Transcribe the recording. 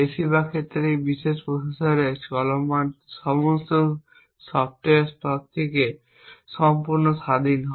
বেশিরভাগ ক্ষেত্রে এই বিশেষ প্রসেসরে চলমান সমস্ত সফ্টওয়্যার স্তর থেকে সম্পূর্ণ স্বাধীন হয়